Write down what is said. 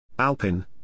Alpin